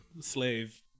slave